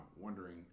wondering